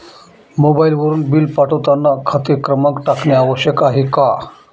मोबाईलवरून बिल पाठवताना खाते क्रमांक टाकणे आवश्यक आहे का?